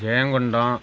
ஜெயங்கொண்டோன்